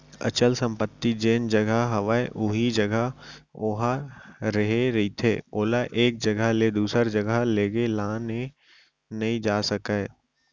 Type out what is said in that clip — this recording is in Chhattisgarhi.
अचल संपत्ति जेन जघा हवय उही जघा ओहा रेहे रहिथे ओला एक जघा ले दूसर जघा लेगे लाने नइ जा सकय